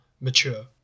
mature